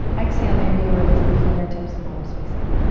exhale, maybe you release the fingertips, palms face up.